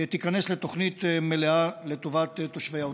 תיכנס לתוכנית מלאה לטובת תושבי העוטף.